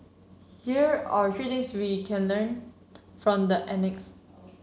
here are three things we can learn from the annex